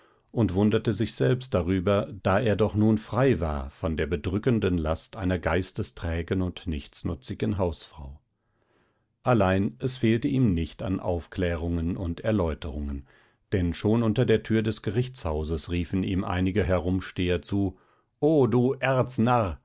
und wunderte sich selbst darüber da er doch nun frei war von der bedrückenden last einer geistesträgen und nichtsnutzigen hausfrau allein es fehlte ihm nicht an aufklärungen und erläuterungen denn schon unter der tür des gerichtshauses riefen ihm einige herumsteher zu o du